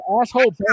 asshole